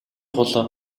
тул